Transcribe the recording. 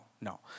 No